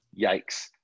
yikes